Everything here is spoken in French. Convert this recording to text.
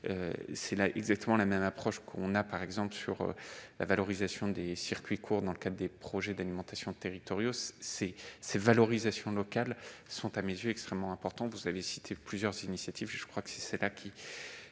C'est exactement la même approche que pour la valorisation des circuits courts dans le cadre des projets alimentaires territoriaux. Ces valorisations locales sont, à mes yeux, extrêmement importantes. Vous avez cité plusieurs initiatives, et il faut les soutenir.